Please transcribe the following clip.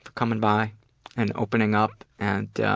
coming by and opening up and